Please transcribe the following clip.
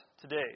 today